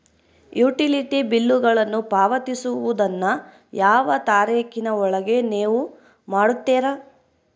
Utility ಬಿಲ್ಲುಗಳನ್ನು ಪಾವತಿಸುವದನ್ನು ಯಾವ ತಾರೇಖಿನ ಒಳಗೆ ನೇವು ಮಾಡುತ್ತೇರಾ?